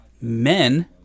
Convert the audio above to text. Men